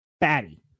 batty